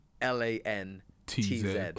L-A-N-T-Z